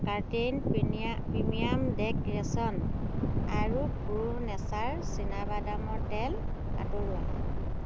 curtain premium decoration আৰু Pro Nature চীনাবাদামৰ তেল আঁতৰোৱা